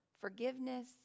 forgiveness